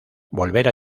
volver